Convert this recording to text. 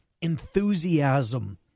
enthusiasm